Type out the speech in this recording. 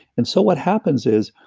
and so what happens is,